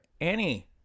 Annie